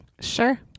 Sure